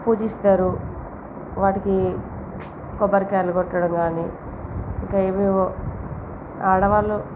పూజిస్తారు వాటికి కొబ్బరికాయలు కొట్టడం కానీ ఇంకా ఇవే ఆడవాళ్ళు